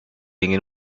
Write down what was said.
ingin